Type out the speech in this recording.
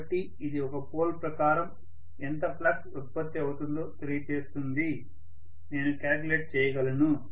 కాబట్టి ఇది ఒక పోల్ ప్రకారం ఎంత ఫ్లక్స్ ఉత్పత్తి అవుతుందో తెలియజేస్తుంది నేను క్యాలిక్యులేట్ చేయగలను